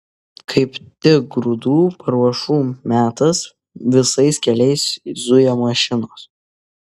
kaip tik grūdų paruošų metas visais keliais zuja mašinos